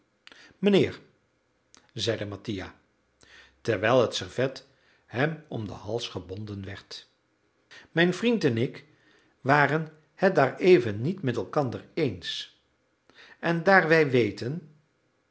mijnheer zeide mattia terwijl het servet hem om den hals gebonden werd mijn vriend en ik waren het daareven niet met elkander eens en daar wij weten